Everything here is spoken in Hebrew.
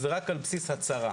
זה רק על בסיס הצהרה.